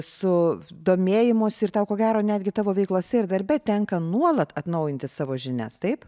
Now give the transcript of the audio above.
su domėjimosi ir tau ko gero netgi tavo veiklose ir darbe tenka nuolat atnaujinti savo žinias taip